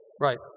Right